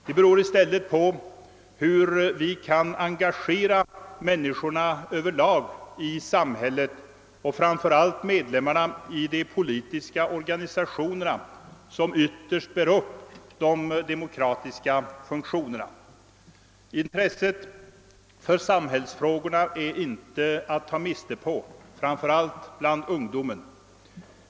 Det beror i stället på hur vi kan engagera människorna över lag i samhället, och framför allt medlemmarna i de politiska organisationerna, som ytterst bär upp de demokratiska funktionerna. Intresset för samhällsfrågorna, framför allt bland ungdomen, är inte att ta miste på.